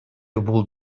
бул